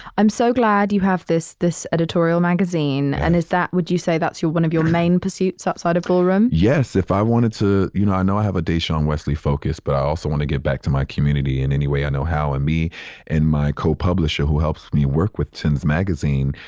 i'm so glad you have this, this editorial magazine. and is that, would you say that's your one of your main pursuits outside of ballroom? yes. if i wanted to. you know, i know i have a dashaun wesley focus, but i also want to give back to my community in any way i know how. and me and my co publisher, who helps me work with tenz magazine,